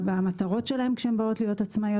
במטרות שלהן כשהן באות להיות עצמאיות.